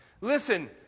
Listen